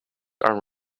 are